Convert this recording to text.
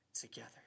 together